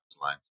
lines